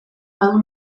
badu